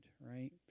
right